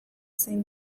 zein